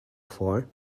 far